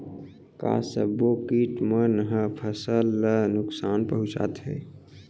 का सब्बो किट मन ह फसल ला नुकसान पहुंचाथे?